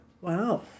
Wow